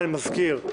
נתקבלה.